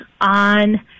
on